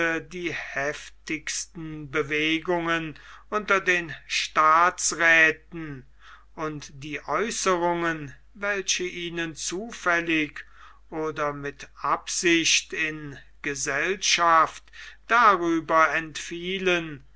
die heftigsten bewegungen unter den staatsräthen und die aeußerungen welche ihnen zufällig oder mit absicht in gesellschaft darüber entfielen